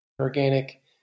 organic